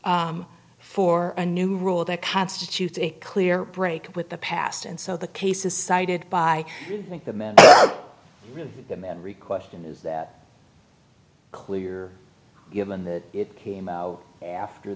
for a new rule that constitutes a clear break with the past and so the cases cited by the men of the memory question is clear given that it came out after